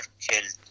killed